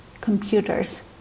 computers